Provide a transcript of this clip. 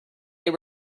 they